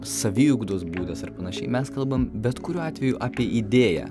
saviugdos būdas ar panašiai mes kalbam bet kuriuo atveju apie idėją